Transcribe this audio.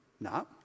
no